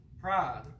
pride